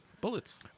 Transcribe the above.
Bullets